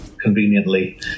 conveniently